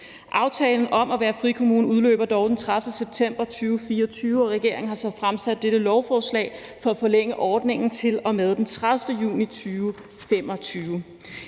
Aftalen om at være frikommune udløber dog den 30. september 2024, og regeringen har så fremsat dette lovforslag for at forlænge ordningen til og med den 30. juni 2025.